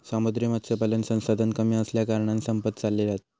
समुद्री मत्स्यपालन संसाधन कमी असल्याकारणान संपत चालले हत